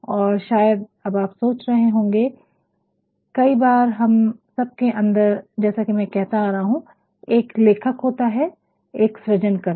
और शायद अब आप सोच रहे होंगे कई बार हम सबके अंदर जैसा कि मैं कहता आ रहा हूं एक लेखक होता है एक सृजनकर्ता